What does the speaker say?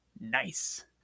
Nice